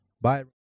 Bye